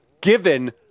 Given